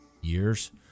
years